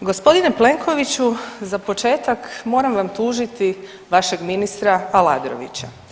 gospodine Plenkoviću za početak moram vam tužiti vašeg ministra Aladrovića.